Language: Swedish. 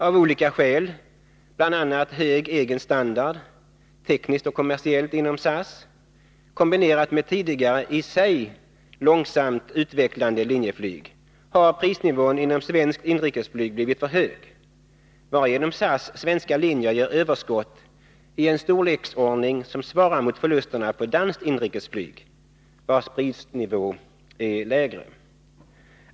Av olika skäl— bl.a. hög egen standard, tekniskt och kommersiellt, inom SAS, kombinerat med ett tidigare i sig långsamt utvecklande Linjeflyg — har prisnivån inom svenskt inrikesflyg blivit för hög, varigenom SAS svenska linjer ger överskott i en storleksordning som svarar mot förlusterna på danskt inrikesflyg, vars prisnivå är lägre.